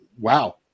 wow